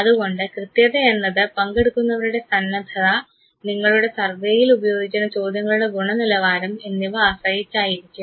അതുകൊണ്ട് കൃത്യത എന്നത് പങ്കെടുക്കുന്നവരുടെ സന്നദ്ധത നിങ്ങൾ സർവ്വേയിൽ ഉപയോഗിക്കുന്ന ചോദ്യങ്ങളുടെ ഗുണനിലവാരം എന്നിവയെ ആശ്രയിച്ചായിരിക്കും